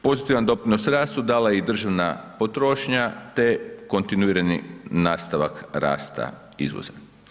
Pozitivan doprinos rastu dala je i državna potrošnja te kontinuirani nastavak rasta izvoza.